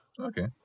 Okay